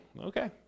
okay